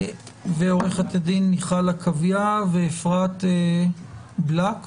ועו"ד מיכל עקביה ואפרת בלאק.